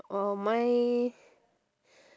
oh my